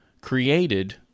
created